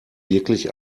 wirklich